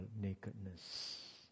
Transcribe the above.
nakedness